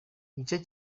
igice